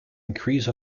increase